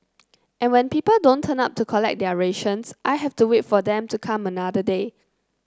and when people don't turn up to collect their rations I have to wait for them to come another day